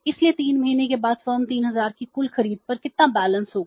इसलिए 3 महीने के बाद फर्म 3000 की कुल खरीद पर कितना बैलेंस होगा